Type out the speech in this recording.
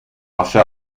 hace